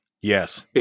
Yes